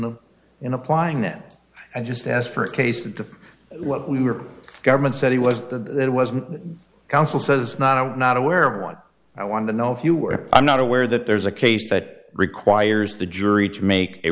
the in applying that i just asked for a case that to what we were government said he was the it wasn't counsel says not a not aware of what i wanted to know if you were i'm not aware that there's a case that requires the jury to make